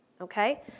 Okay